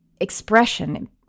expression